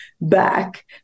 back